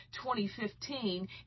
2015